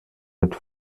mit